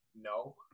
No